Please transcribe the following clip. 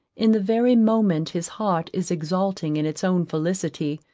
in the very moment his heart is exulting in its own felicity,